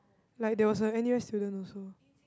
like there was a N_U_S student also